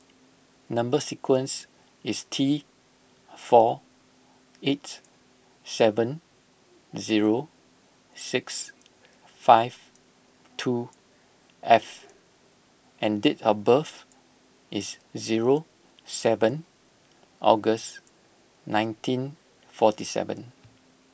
Number Sequence is T four eight seven zero six five two F and date of birth is zero seven August nineteen forty seven